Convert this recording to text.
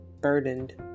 burdened